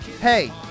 Hey